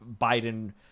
Biden